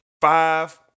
five